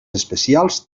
especials